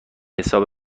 حساب